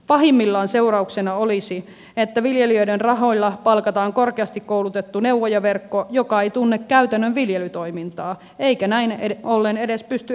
pahimmillaan seurauksena olisi että viljelijöiden rahoilla palkataan korkeasti koulutettu neuvojaverkko joka ei tunne käytännön viljelytoimintaa eikä näin ollen edes pysty ehkäisemään virheitä